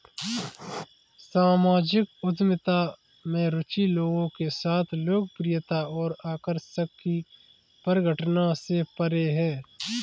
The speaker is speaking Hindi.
सामाजिक उद्यमिता में रुचि लोगों के साथ लोकप्रियता और आकर्षण की परिघटना से परे है